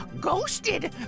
ghosted